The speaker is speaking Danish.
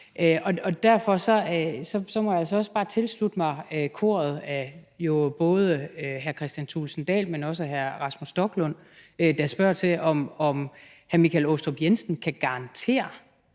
Derfor må jeg jo altså også bare tilslutte mig hr. Kristian Thulesen Dahl og hr. Rasmus Stoklund, der spørger til, om hr. Michael Aastrup Jensen kan garantere,